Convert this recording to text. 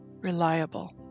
reliable